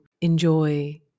enjoy